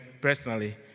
personally